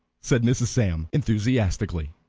said mrs. sam, enthusiastically.